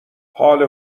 حال